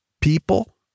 people